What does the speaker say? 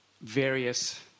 various